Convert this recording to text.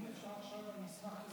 אם זה עכשיו, אני אשמח.